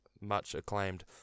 much-acclaimed